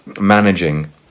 managing